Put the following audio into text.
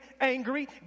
angry